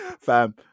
Fam